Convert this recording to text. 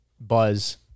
buzz